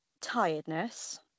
tiredness